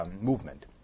Movement